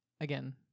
again